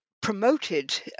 promoted